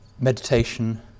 meditation